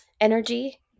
energy